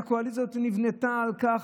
שהקואליציה הזאת נבנתה על כך,